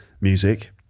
music